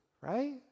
right